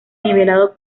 nivelado